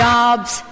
Jobs